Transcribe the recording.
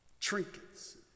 Trinkets